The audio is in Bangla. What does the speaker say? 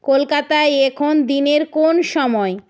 কলকাতায় এখন দিনের কোন সময়